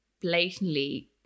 blatantly